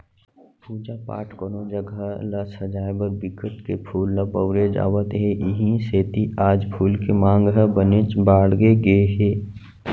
पूजा पाठ, कोनो जघा ल सजाय बर बिकट के फूल ल बउरे जावत हे इहीं सेती आज फूल के मांग ह बनेच बाड़गे गे हे